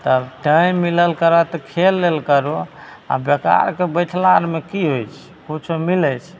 तब टाइम मिलल करऽ तऽ खेल लेल करहो आओर बेकारके बैठलाआरमे कि होइ छै किछु मिलै छै